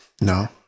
No